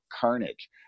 carnage